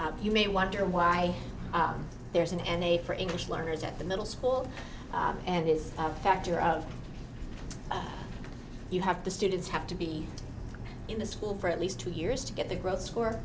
you may wonder why there isn't any for english learners at the middle school and is a factor of you have to students have to be in the school for at least two years to get the growth score